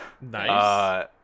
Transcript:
Nice